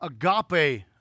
agape